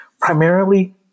primarily